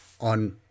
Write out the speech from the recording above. on